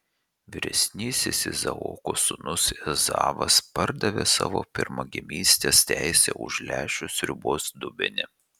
vyresnysis izaoko sūnus ezavas pardavė savo pirmagimystės teisę už lęšių sriubos dubenį